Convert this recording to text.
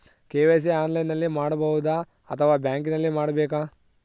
KYC ಆನ್ಲೈನಲ್ಲಿ ಮಾಡಬಹುದಾ ಅಥವಾ ಬ್ಯಾಂಕಿನಲ್ಲಿ ಮಾಡ್ಬೇಕಾ?